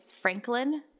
Franklin